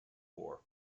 war